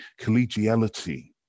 collegiality